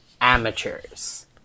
amateurs